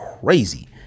crazy